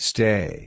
Stay